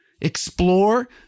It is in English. Explore